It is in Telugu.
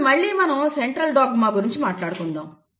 ఇప్పుడు మళ్లీ మనం సెంట్రల్ డాగ్మా గురించి మాట్లాడుకుందాం